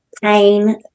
pain